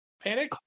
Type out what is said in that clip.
panic